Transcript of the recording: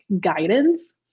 guidance